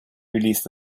released